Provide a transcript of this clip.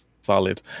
solid